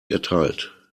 erteilt